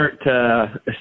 start